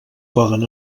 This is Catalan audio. poden